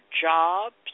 jobs